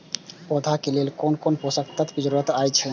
पौधा के लेल कोन कोन पोषक तत्व के जरूरत अइछ?